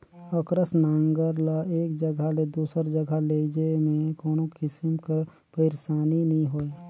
अकरस नांगर ल एक जगहा ले दूसर जगहा लेइजे मे कोनो किसिम कर पइरसानी नी होए